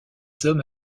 hommes